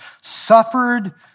suffered